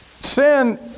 Sin